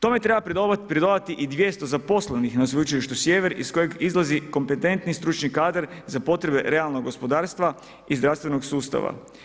Tome treba pridodati i 200 zaposlenih na Sveučilištu Sjever iz kojih izlazi kompetentni stručni kadar za potrebe realnog gospodarstva i zdravstvenog sustava.